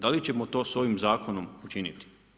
Da li ćemo to sa ovim zakonom učiniti?